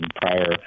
prior